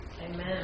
Amen